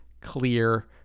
clear